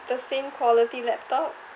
the same quality laptop